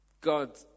God